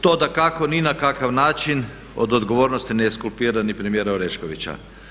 To dakako ni na kakav način od odgovornosti ne eskulpira ni premijera Oreškovića.